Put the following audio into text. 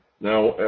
now